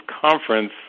conference